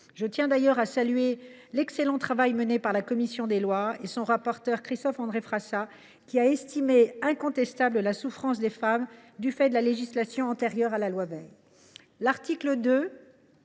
Je salue d’ailleurs l’excellent travail de la commission des lois et de son rapporteur Christophe André Frassa, qui a estimé incontestable la souffrance des femmes du fait de la législation antérieure à la loi Veil.